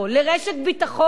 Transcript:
לרשת ביטחון,